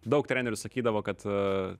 daug trenerių sakydavo kad